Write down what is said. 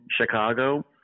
Chicago